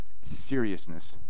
seriousness